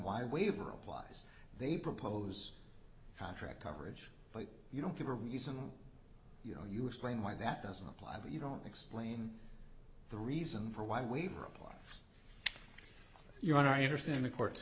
why waiver applies they propose contract coverage but you don't give a reason you know you explain why that doesn't apply but you don't explain the reason for why we are applying your own i understand the court